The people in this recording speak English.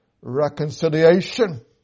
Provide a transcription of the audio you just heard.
reconciliation